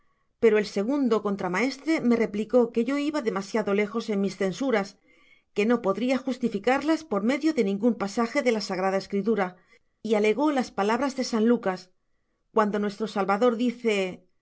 pero el segundo contramaestre me replicó que yo iba demasiado lejos en mis censuras que no podria justificarlas por medio de ningun pasaje de la sagrada escritura y alegó las palabras de san lucas cuando nuestro salvador dice